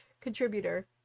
contributor